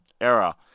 era